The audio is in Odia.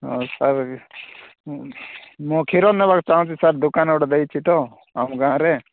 ହଁ ସାର୍ ମୁଁ କ୍ଷୀର ନେବାକୁ ଚାହୁଁଛି ସାର୍ ଦୋକାନ ଗୋଟେ ଦେଇଛି ତ ଆମ ଗାଁରେ